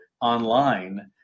online